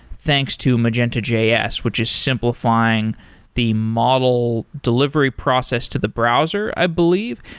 thanks to magenta js, which is simplifying the model delivery process to the browser, i believe.